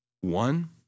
one